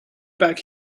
back